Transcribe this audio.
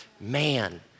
man